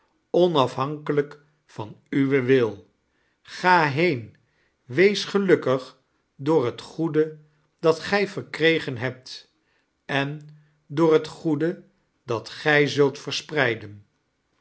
onafhankejijk van uwen wil ga heen wees gelukkig door het goede dat gij verkregen hebt en door het goede dat gij zult verspreiden